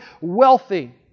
wealthy